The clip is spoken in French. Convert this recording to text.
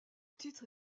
titre